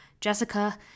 Jessica